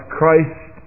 Christ